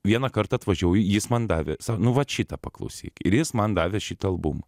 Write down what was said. vieną kartą atvažiavau jis man davė sa nu vat šitą paklausyk ir jis man davė šitą albumą